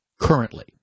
currently